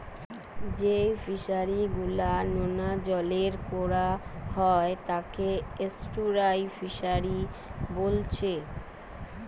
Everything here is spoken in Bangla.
যেই ফিশারি গুলা নোনা জলে কোরা হয় তাকে এস্টুয়ারই ফিসারী বোলছে